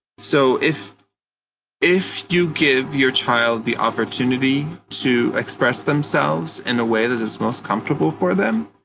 so, if if you give your child the opportunity to express themselves in a way that is most comfortable for them,